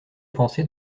penser